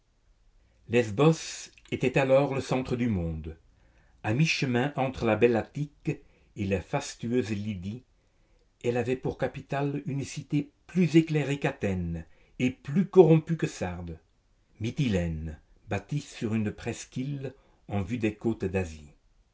lesbos était alors le centre du monde à mi-chemin entre la belle attique et la fastueuse lydie elle avait pour capitale une cité plus éclairée qu'athênes et plus corrompue que sardes mytilène bâtie sur une presqu'île en vue des côtes d'asie